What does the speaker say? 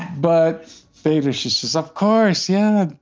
but, baby, she says, of course, yeah.